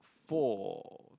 for